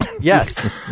Yes